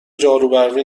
جاروبرقی